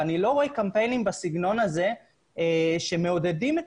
ואני לא רואה קמפיינים בסגנון הזה שמעודדים את